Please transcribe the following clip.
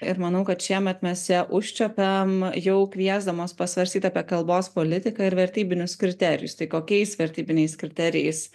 ir manau kad šiemet mes ją užčiuopiam jau kviesdamos pasvarstyt apie kalbos politiką ir vertybinius kriterijus tai kokiais vertybiniais kriterijais